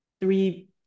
three